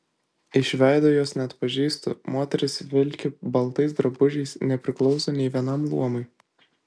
iš veido jos neatpažįstu moteris vilki baltais drabužiais nepriklauso nė vienam luomui